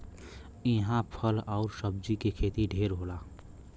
इहां फल आउर सब्जी के खेती ढेर होला